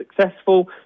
successful